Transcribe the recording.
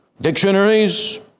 dictionaries